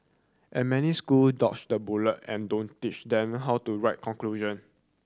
and many school dodge the bullet and don't teach them how to write conclusion